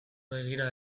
begira